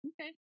Okay